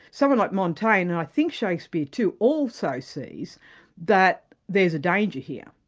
someone like montaigne, and i think shakespeare too, also sees that there's a danger here.